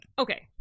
Okay